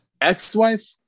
Ex-wife